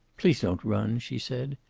please don't run! she said.